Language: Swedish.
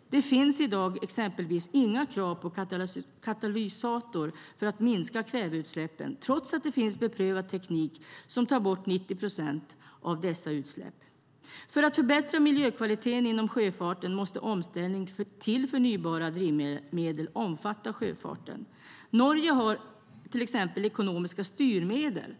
I dag finns det exempelvis inga krav på katalysatorer för att minska kväveutsläppen trots att det finns beprövad teknik som tar bort 90 procent av dessa utsläpp. För att förbättra miljökvaliteten inom sjöfarten måste omställningen till förnybara drivmedel omfatta sjöfarten. Norge har till exempel använt sig av ekonomiska styrmedel